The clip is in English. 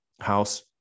house